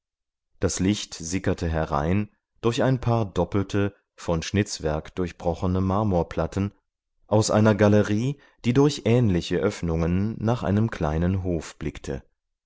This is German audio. das licht sickerte herein durch ein paar doppelte von schnitzwerk durchbrochene marmorplatten aus einer galerie die durch ähnliche öffnungen nach einem kleinen hof blickte